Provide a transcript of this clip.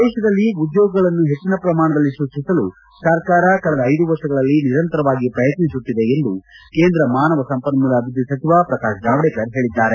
ದೇಶದಲ್ಲಿ ಉದ್ಯೋಗಗಳನ್ನು ಹೆಚ್ಚಿನ ಪ್ರಮಾಣದಲ್ಲಿ ಸೃಷ್ಷಿಸಲು ಸರ್ಕಾರ ಕಳೆದ ಐದು ವರ್ಷಗಳಲ್ಲಿ ನಿರಂತರವಾಗಿ ಪ್ರಯತ್ನಿಸುತ್ತಿದೆ ಎಂದು ಕೇಂದ್ರ ಮಾನವ ಸಂಪನ್ಮೂಲ ಅಭಿವೃದ್ಧಿ ಸಚಿವ ಪ್ರಕಾಶ್ ಜಾವ್ವೇಕರ್ ಹೇಳಿದ್ದಾರೆ